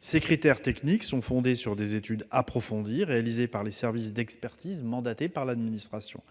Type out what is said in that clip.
Ces critères techniques sont fondés sur des études approfondies réalisées par les services d'expertise mandatés par l'administration.